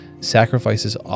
sacrifices